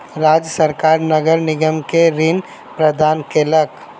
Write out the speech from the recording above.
राज्य सरकार नगर निगम के ऋण प्रदान केलक